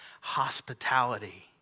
hospitality